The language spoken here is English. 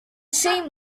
same